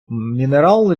мінерал